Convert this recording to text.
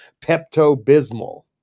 Pepto-bismol